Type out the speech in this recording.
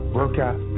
workout